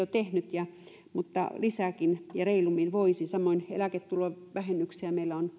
jo tehnyt mutta lisääkin ja reilummin voisi samoin meillä on eläketulovähennyksiä